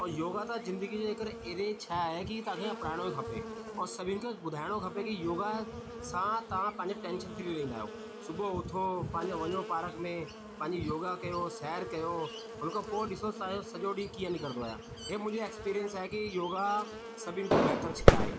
और योगा त ज़िंदगी जे हिकिड़े अहिड़े छा आहे की तव्हांखे अपनाइणो ई खपे ऐं सभिनि खे ॿुधाइणो खपे की योगा सां तव्हां पंहिंजे टैंशन फ्री रहंदा आहियूं सुबुहु उथो पंहिंजो वञो पार्क में पंहिंजी योगा कयो सैर कयो हुन खो पोइ ॾिसो त सॼो ॾींहुं कीअं निकिरंदो आहे इहे मुंहिंजो एक्सपीरियंस आहे की योगा सभिनि खो बहितर शइ आहे